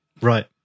right